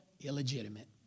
Illegitimate